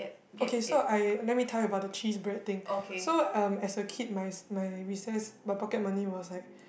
okay so I let me tell you about the cheese bread thing so um as a kid my my recess my pocket money was like